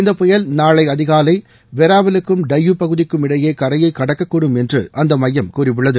இந்த புயல் நாளை அதிகாலை வெராவலுக்கும் டையூ பகுதிக்கும் இடையே கரையை கடக்கக்கூடும் என்று அந்த மையம் கூறியுள்ளது